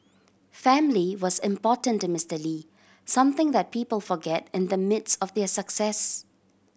family was important to Mister Lee something that people forget in the midst of their success